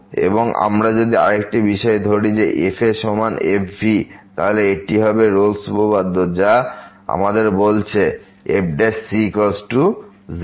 এবং আমরা যদি আরেকটি বিষয় ধরি যে f সমান f এর তাহলে এটি হবে রোলস এর উপপাদ্য যা আমাদের বলছে fc0